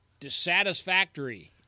dissatisfactory